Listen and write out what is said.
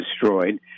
destroyed